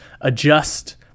adjust